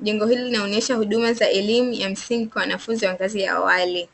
Jengo hili linaonyesha huduma za elimu ya msingi kwa wanafunzi wa ngazi ya awali.